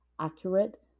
accurate